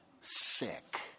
sick